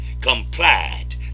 complied